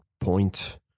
point